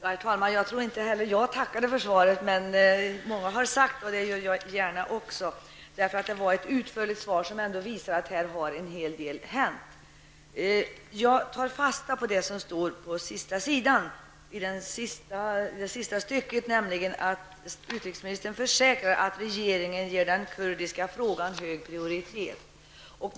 Herr talman! Jag tror inte heller att jag tackade för svaret. Många har sagt, och det gör jag gärna också, att det var ett utförligt svar som ändå visar att en hel del har hänt. Jag tar fasta på det sista stycket i det skriftliga svaret, nämligen att utrikesministern försäkrar att regeringen ger den kurdiska frågan hög prioritet.